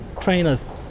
trainers